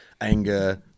anger